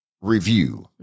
Review